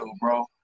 bro